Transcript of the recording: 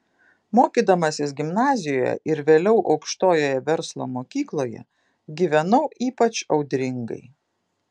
mokydamasi gimnazijoje ir vėliau aukštojoje verslo mokykloje gyvenau ypač audringai